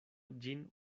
ĝin